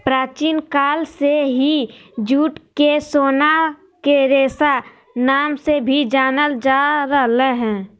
प्राचीन काल से ही जूट के सोना के रेशा नाम से भी जानल जा रहल हय